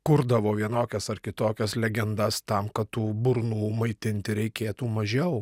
kurdavo vienokias ar kitokias legendas tam kad tų burnų maitinti reikėtų mažiau